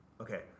Okay